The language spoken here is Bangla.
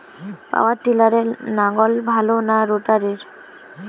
পাওয়ার টিলারে লাঙ্গল ভালো না রোটারের?